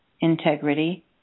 integrity